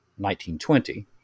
1920